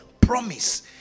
promise